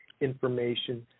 information